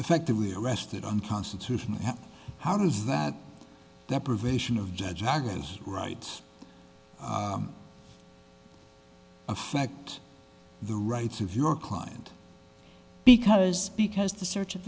effectively arrested unconstitutional how does that deprivation of judge i guess right affect the rights of your client because because the search